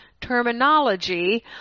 terminology